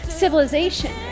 civilization